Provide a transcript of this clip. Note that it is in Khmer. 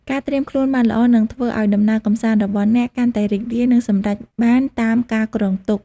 ការត្រៀមខ្លួនបានល្អនឹងធ្វើឲ្យដំណើរកម្សាន្តរបស់អ្នកកាន់តែរីករាយ និងសម្រេចបានតាមការគ្រោងទុក។